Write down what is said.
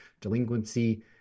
delinquency